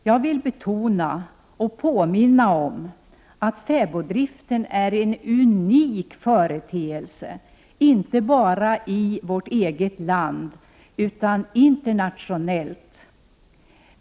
Jag vill betona och påminna om att fäboddriften är en unik företeelse inte bara i vårt eget land utan också internationellt.